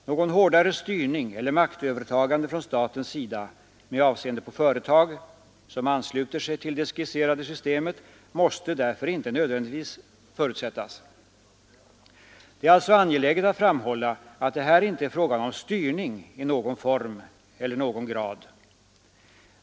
Någon hårdare styrning eller något maktövertagande från statens sida med avseende på företag som ansluter sig till det skisserade systemet måste därför inte nödvändigtvis förutsättas. Det är alltså angeläget att framhålla att det här inte är fråga om styrning i någon form eller någon grad.